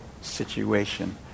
situation